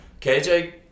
KJ